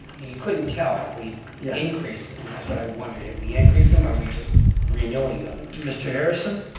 you couldn't tell if we yeah increased them, and that's what i wondered, have we increased them? or are we just renewing them. mr. harrison.